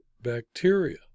bacteria